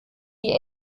dir